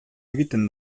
egiten